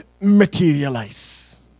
materialize